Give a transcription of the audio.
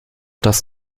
das